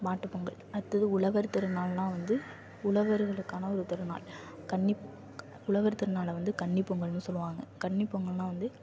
மாட்டுப்பொங்கல் அடுத்தது உழவர் திருநாள்ன்னால் வந்து உழவர்களுக்கான ஒரு திருநாள் கன்னி உழவர் திருநாளை வந்து கன்னிப்பொங்கல்ன்னு சொல்லுவாங்க கன்னிப்பொங்கல்ன்னால் வந்து